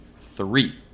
Three